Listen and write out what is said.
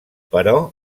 però